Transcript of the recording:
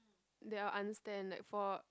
they will understand like for